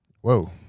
whoa